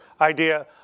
idea